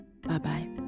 Bye-bye